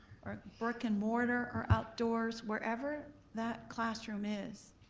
or brick and mortar, or outdoors, wherever that classroom is,